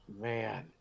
Man